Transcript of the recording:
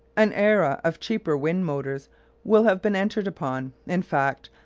an era of cheaper wind-motors will have been entered upon in fact,